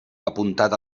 apuntat